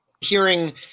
hearing